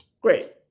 great